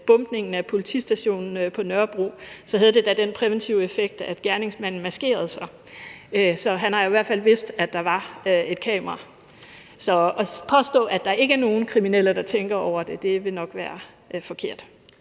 med bombningen af politistationen på Nørrebro havde det da den præventive effekt, at gerningsmanden maskerede sig. Så han har i hvert fald vidst, at der var et kamera. Så at påstå, at der ikke er nogen kriminelle, der tænker over det, vil nok være forkert.